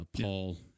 Paul